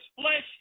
flesh